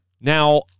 Now